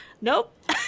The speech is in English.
Nope